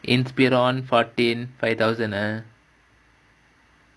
Inspiron fourteen five thousand ah